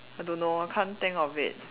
I don't know I can't think of it